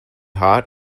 hot